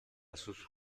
sus